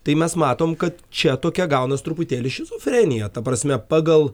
tai mes matom kad čia tokia gaunas truputėlį šizofrenija ta prasme pagal